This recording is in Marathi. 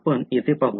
आपण येथे पाहू